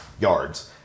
yards